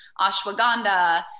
ashwagandha